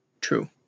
True